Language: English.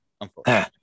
unfortunately